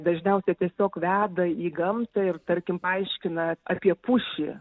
dažniausiai tiesiog veda į gamtą ir tarkim paaiškina apie pušį